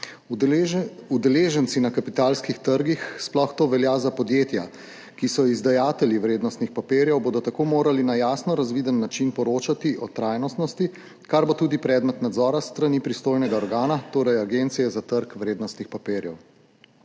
Udeleženci na kapitalskih trgih, sploh to velja za podjetja, ki so izdajatelji vrednostnih papirjev, bodo tako morali na jasno razviden način poročati o trajnostnosti, kar bo tudi predmet nadzora s strani pristojnega organa, torej Agencije za trg vrednostnih papirjev.